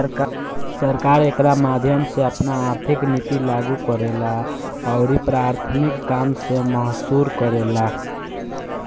सरकार एकरा माध्यम से आपन आर्थिक निति लागू करेला अउरी प्राथमिक काम के महसूस करेला